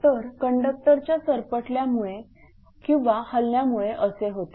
तर कंडक्टरच्या सरपटल्यामुळे किंवा हलन्यामुळे असे होते